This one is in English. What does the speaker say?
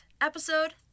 episode